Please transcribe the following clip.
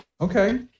okay